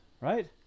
right